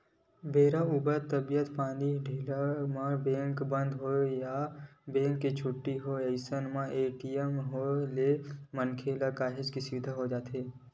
बेरा उबेरा तबीयत पानी के डोले म बेंक बंद हे या बेंक के छुट्टी हे अइसन मन ए.टी.एम के होय ले मनखे काहेच सुबिधा हो जाथे